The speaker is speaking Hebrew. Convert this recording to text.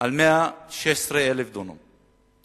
על 116,000 דונם.